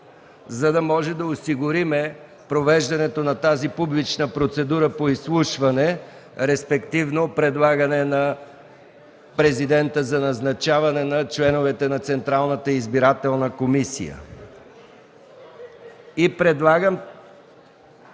за да можем да осигурим провеждането на тази публична процедура по изслушване, респективно предлагане на Президента за назначаване на членовете на Централната избирателна комисия.